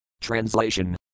Translation